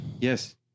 Yes